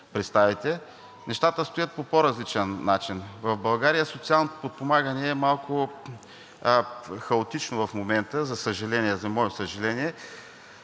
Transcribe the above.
представите. Нещата стоят по по-различен начин. В България социалното подпомагане е малко хаотично в момента, за мое съжаление,